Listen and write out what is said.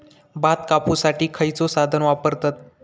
भात कापुसाठी खैयचो साधन वापरतत?